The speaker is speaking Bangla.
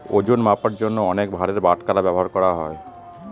ওজন মাপার জন্য অনেক ভারের বাটখারা ব্যবহার করা হয়